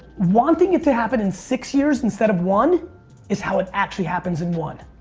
wanting it to happen in six years instead of one is how its actually happens in one.